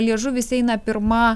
liežuvis eina pirma